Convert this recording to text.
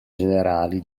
generali